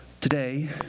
Today